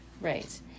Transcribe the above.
Right